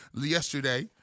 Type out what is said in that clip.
yesterday